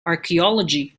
archaeology